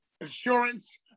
insurance